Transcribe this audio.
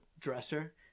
dresser